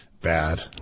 bad